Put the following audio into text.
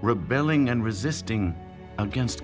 rebelling and resisting against